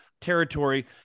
territory